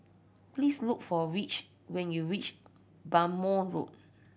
please look for Rich when you reach Bhamo Road